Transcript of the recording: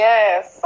Yes